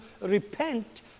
repent